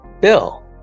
Bill